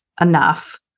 enough